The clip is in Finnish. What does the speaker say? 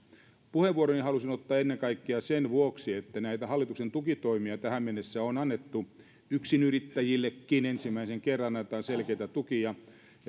puheenvuoroni halusin ottaa ennen kaikkea sen vuoksi että näitä hallituksen tukitoimia tähän mennessä on annettu yksinyrittäjillekin ensimmäisen kerran annetaan selkeitä tukia